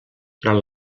durant